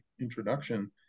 introduction